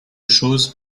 chose